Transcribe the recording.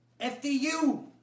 FDU